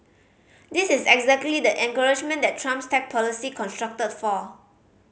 this is exactly the encouragement that Trump's tax policy constructed for